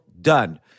done